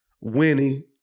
Winnie